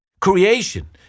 Creation